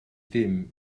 ddim